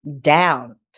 Down